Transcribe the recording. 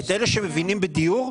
את אלה שמבינים בדיור,